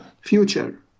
future